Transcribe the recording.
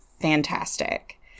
Fantastic